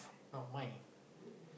not mine